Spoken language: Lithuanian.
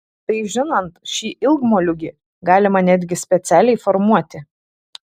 tai žinant šį ilgmoliūgį galima netgi specialiai formuoti